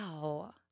wow